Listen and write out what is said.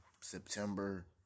September